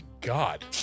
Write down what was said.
God